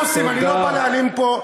עשה עבודה מצוינת.